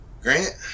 Grant